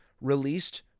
released